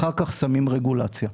ואחר כך שמים רגולציה.